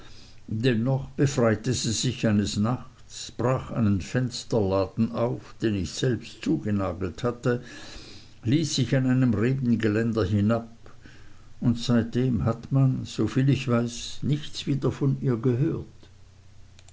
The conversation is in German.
dennoch befreite sie sich eines nachts brach einen fensterladen auf den ich selbst zugenagelt hatte ließ sich an einem rebengeländer hinab und seitdem hat man soviel ich weiß nichts wieder von ihr gehört